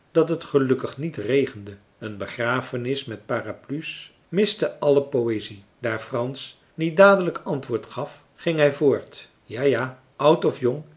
dat het gelukkig niet regende een begrafenis met parapluie's miste alle poëzie daar frans niet dadelijk antwoord gaf ging hij voort ja ja oud of jong